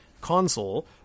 console